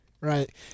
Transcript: Right